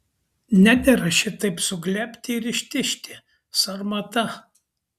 nedera šitaip suglebti ir ištižti sarmata